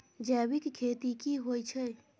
जैविक खेती की होए छै?